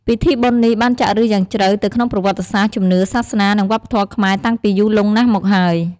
ពិធីបុណ្យនេះបានចាក់ឫសយ៉ាងជ្រៅទៅក្នុងប្រវត្តិសាស្ត្រ ជំនឿ សាសនា និងវប្បធម៌ខ្មែរតាំងពីយូរលង់ណាស់មកហើយ។